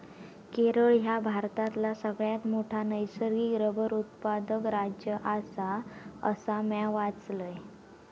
केरळ ह्या भारतातला सगळ्यात मोठा नैसर्गिक रबर उत्पादक राज्य आसा, असा म्या वाचलंय